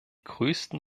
größten